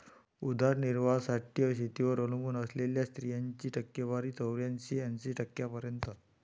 उदरनिर्वाहासाठी शेतीवर अवलंबून असलेल्या स्त्रियांची टक्केवारी चौऱ्याऐंशी टक्क्यांपर्यंत